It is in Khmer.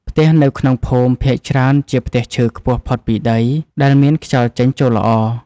ផ្ទះនៅក្នុងភូមិភាគច្រើនជាផ្ទះឈើខ្ពស់ផុតពីដី ដែលមានខ្យល់ចេញចូលល្អ។